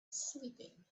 sleeping